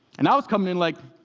and i was coming in, like,